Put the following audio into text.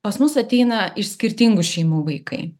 pas mus ateina iš skirtingų šeimų vaikai